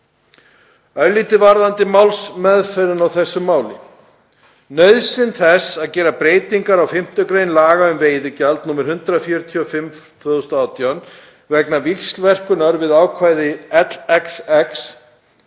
Örlítið um málsmeðferðin á þessu máli. Nauðsyn þess að gera breytingar á 5. gr. laga um veiðigjald, nr. 145/2018, vegna víxlverkunar við ákvæði LXX